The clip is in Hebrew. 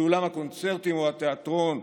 לאולם הקונצרטים או התיאטרון,